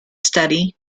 study